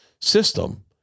system